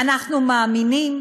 "אנחנו מאמינים